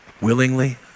willingly